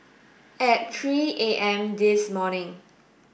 at three A M this morning